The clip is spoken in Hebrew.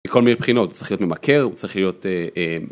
מכל מיני בחינות, הוא צריך להיות ממכר, הוא צריך להיות...